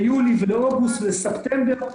ליולי ולאוגוסט ולספטמבר,